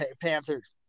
Panthers